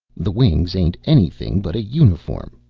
the wings ain't anything but a uniform,